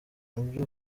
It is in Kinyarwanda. ibyo